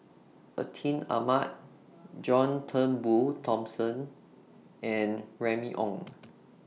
Atin Amat John Turnbull Thomson and Remy Ong